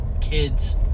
kids